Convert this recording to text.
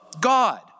God